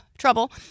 trouble